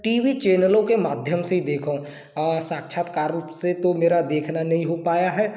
T V चैनलों के माध्यम से ही देखा हूँ साक्षात्कार रूप से तो मेरा देखना नहीं हो पाया है